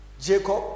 Jacob